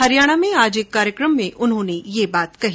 हरियाणा में आज एक कार्यक्रम में उन्होंने यह बात कही